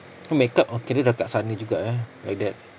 makeup oh kira dah kat sana juga eh like that